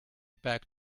back